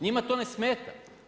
Njima to ne smeta.